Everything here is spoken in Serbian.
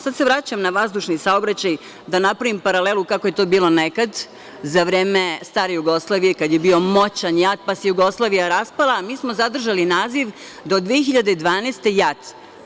Sada se vraćam na vazdušni saobraćaj, da napravim paralelu kako je to bilo nekada za vreme stare Jugoslavije, kada je bio moćan „JAT“, pa se Jugoslavija raspala, a mi smo zadržali naziv do 2012. godine „JAT“